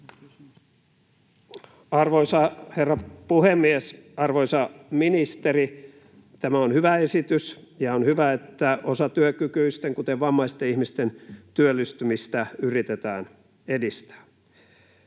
Arvoisa herra puhemies! Arvoisa ministeri! Tämä on hyvä esitys, ja on hyvä, että osatyökykyisten, kuten vammaisten ihmisten, työllistymistä yritetään edistää.